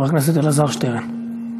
חבר הכנסת אלעזר שטרן.